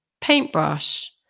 paintbrush